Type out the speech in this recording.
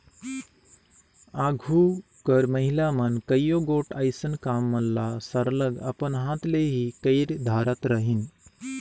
आघु कर महिला मन कइयो गोट अइसन काम मन ल सरलग अपन हाथ ले ही कइर धारत रहिन